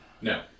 no